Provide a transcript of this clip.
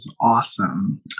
awesome